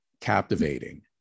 Captivating